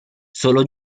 solo